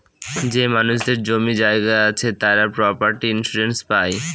যে মানুষদের জমি জায়গা আছে তারা প্রপার্টি ইন্সুরেন্স পাই